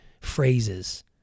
phrases